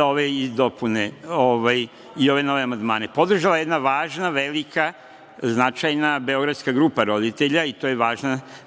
ove dopune i nove amandmane. Podržala je jedna važna, velika, značajna Beogradska grupa roditelja i to je